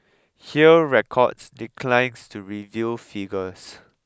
hear records declines to reveal figures